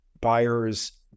buyers